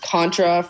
Contra